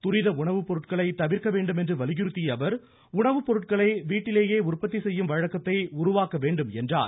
துரித உணவு பொருட்களை தவிர்க்க வேண்டும் என்று வலியுறுத்திய அவர் உணவுப் பொருட்களை வீட்டிலேயே உற்பத்தி செய்யும் வழக்கத்தை உருவாக்க வேண்டும் என்றார்